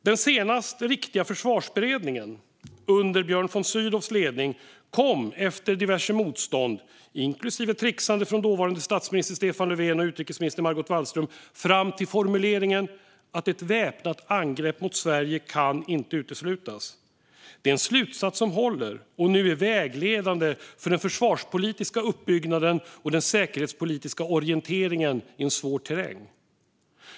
Den senaste riktiga Försvarsberedningen, under Björn von Sydows ledning, kom efter diverse motstånd, inklusive trixande från dåvarande statsminister Stefan Löfven och utrikesminister Margot Wallström, fram till formuleringen att ett väpnat angrepp mot Sverige inte kan uteslutas. Det är en slutsats som håller och som nu är vägledande för den försvarspolitiska uppbyggnaden och den säkerhetspolitiska orienteringen i en svår terräng.